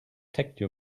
techno